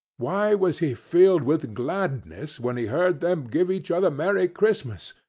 why was he filled with gladness when he heard them give each other merry christmas,